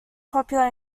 popular